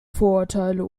vorurteile